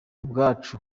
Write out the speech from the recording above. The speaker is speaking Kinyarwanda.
ubwacu